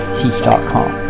teach.com